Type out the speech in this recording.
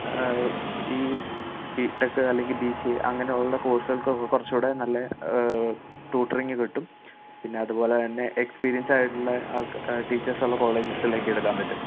ഈ ബിടെക് അല്ലെങ്കിൽ ബിസിഎ അങ്ങനെ ഉള്ള കോഴ്സുകൾക്ക് കുറച്ചൂടെ നല്ല ട്യുട്ടറിങ് കിട്ടും പിന്നെ അതുപോലെ എക്സ്പിരിയൻസ് ആയിട്ടുള്ള ആൾക് ടീച്ചേഴ്സ് ഉള്ള കോളേജസുകളിലേക്ക് എടുക്കാൻ പറ്റും